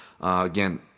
Again